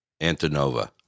Antonova